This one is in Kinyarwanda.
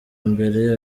mbere